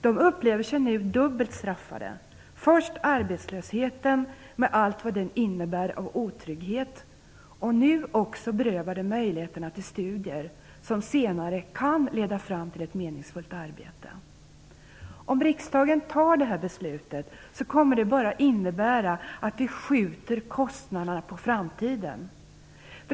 De upplever sig nu dubbelt straffade - först arbetslösheten med allt vad den innebär av otrygghet, och nu också att bli berövad möjligheterna till studier, som senare kan leda fram till ett meningsfullt arbete. Om riksdagen bifaller det här beslutet kommer det att innebära att vi skjuter kostnaderna på framtiden.